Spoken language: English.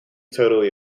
totally